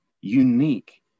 unique